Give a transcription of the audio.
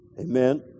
Amen